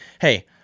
hey